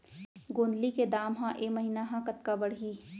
गोंदली के दाम ह ऐ महीना ह कतका बढ़ही?